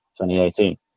2018